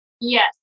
Yes